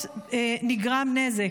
נגרם נזק,